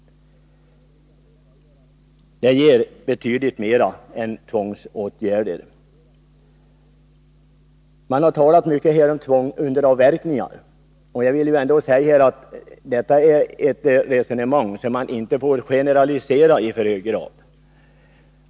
Det ger betydligt mera än tvångsåtgärder. Det har här talats mycket om tvångsavverkningar. Jag vill säga att detta är ett resonemang som inte får generaliseras i alltför hög grad.